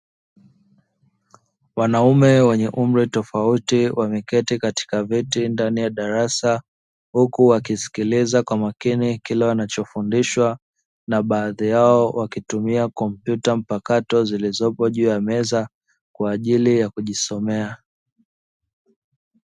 Wanaume wenye umri tofauti wameketi katika viti ndani ya darasa huku wakiskiliza kwa makini kile wanachofundishwa, na baadhi yao wakitumia kompyuta mpakato zilizopo juu ya meza kwa ajili ya kujisomea.